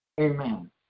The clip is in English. Amen